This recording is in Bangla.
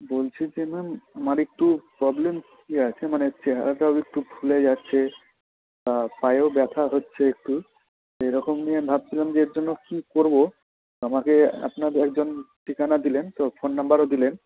বলছি যে ম্যাম আমার একটু প্রবলেম ইয়ে আছে মানে চেহারাটাও একটু ফুলে যাচ্ছে আর পায়েও ব্যথা হচ্ছে একটু এরকম নিয়ে ভাবছিলাম যে এর জন্য কী করবো আমাকে আপনাদের একজন ঠিকানা দিলেন তো ফোন নাম্বারও দিলেন